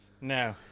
No